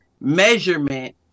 measurement